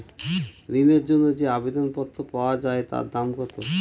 ঋণের জন্য যে আবেদন পত্র পাওয়া য়ায় তার দাম কত?